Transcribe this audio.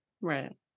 right